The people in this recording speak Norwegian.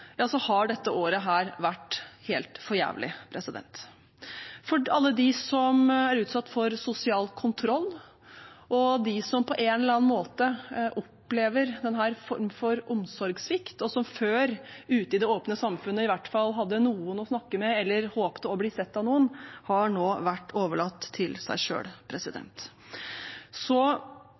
så har dette året vært helt for jævlig. Alle de som er utsatt for sosial kontroll, og de som på en eller annen måte opplever en form for omsorgssvikt, og som før ute i det åpne samfunnet i hvert fall hadde noen å snakke med eller håpte å bli sett av noen, har nå vært overlatt til seg